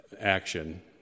action